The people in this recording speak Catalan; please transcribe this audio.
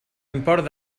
import